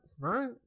Right